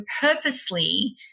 purposely